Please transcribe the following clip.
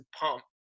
pump